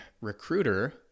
recruiter